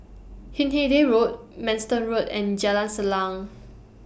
Hindhede Road Manston Road and Jalan Salang